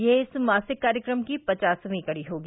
यह इस मासिक कार्यक्रम की पचासवीं कड़ी होगी